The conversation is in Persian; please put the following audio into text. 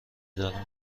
دانم